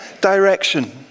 direction